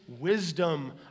wisdom